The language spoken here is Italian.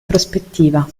prospettiva